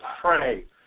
pray